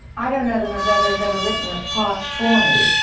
i don't know that my brother has ever written a part for me.